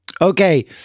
okay